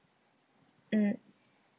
mm